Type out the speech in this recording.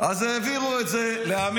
אז העבירו את זה לעמית.